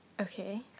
Okay